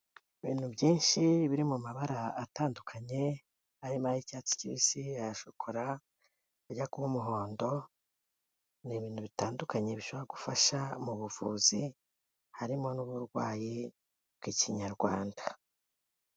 Ibintu byinshi biri mu mabara atandukanye, harimo ay'icyatsi kibisi, aya shokora, ajya kuba umuhondo, ni ibintu bitandukanye bishobora gufasha mu buvuzi, harimo n'uburwayi bw'Ikinyarwanda.